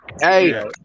Hey